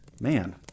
man